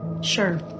Sure